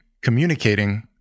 communicating